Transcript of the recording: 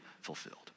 fulfilled